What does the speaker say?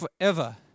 forever